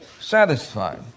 satisfied